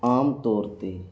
ਆਮ ਤੌਰ 'ਤੇ